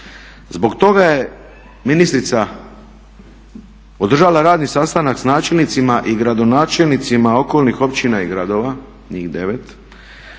Zbog toga je ministrica održala radni sastanak s načelnicima i gradonačelnicima okolnih općina i gradova, njih 9,